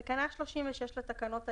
בתקנה 36 לתקנות העיקריות,